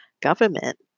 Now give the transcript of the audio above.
government